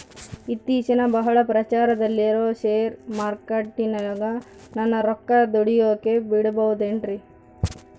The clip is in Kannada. ಇತ್ತೇಚಿಗೆ ಬಹಳ ಪ್ರಚಾರದಲ್ಲಿರೋ ಶೇರ್ ಮಾರ್ಕೇಟಿನಾಗ ನನ್ನ ರೊಕ್ಕ ದುಡಿಯೋಕೆ ಬಿಡುಬಹುದೇನ್ರಿ?